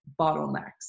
bottlenecks